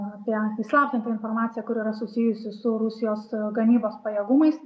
apie įslaptintą informaciją kur yra susijusi su rusijos gamybos pajėgumais